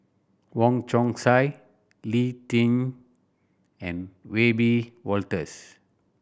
Wong Chong Sai Lee Tjin and Wiebe Wolters